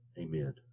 Amen